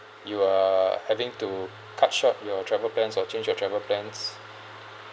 you are having to cut short your travel plans or change your travel plans